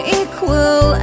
equal